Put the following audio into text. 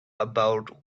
about